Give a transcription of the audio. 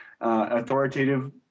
Authoritative